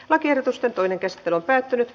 lakiehdotusten toinen käsittely päättyi